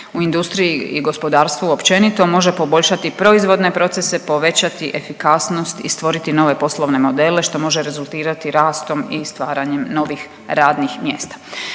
u industriji i gospodarstvu općenito može povećati proizvodne procese, povećati efikasnost i stvoriti nove poslovne modele što može rezultirati rastom i stvaranjem novih radnih mjesta.